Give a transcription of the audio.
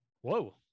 Whoa